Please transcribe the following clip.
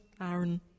Aaron